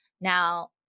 Now